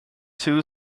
two